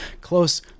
close